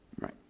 Right